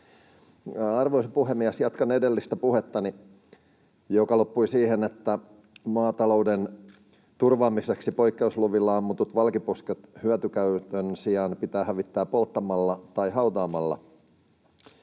Arvoisa puhemies! Jatkan edellistä puhettani, joka loppui siihen, että maatalouden turvaamiseksi poikkeusluvilla ammutut valkoposkihanhet hyötykäytön sijaan pitää hävittää polttamalla tai hautaamalla.